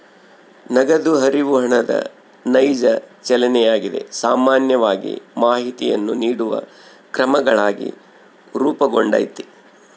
ನಗದು ಹರಿವು ಹಣದ ನೈಜ ಚಲನೆಯಾಗಿದೆ ಸಾಮಾನ್ಯವಾಗಿ ಮಾಹಿತಿಯನ್ನು ನೀಡುವ ಕ್ರಮಗಳಾಗಿ ರೂಪುಗೊಂಡೈತಿ